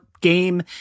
game